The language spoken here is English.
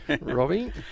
Robbie